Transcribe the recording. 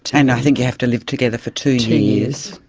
and i think you have to live together for two years.